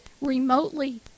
remotely